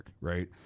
right